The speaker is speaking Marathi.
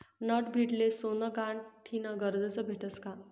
नडभीडले सोनं गहाण ठीन करजं भेटस का?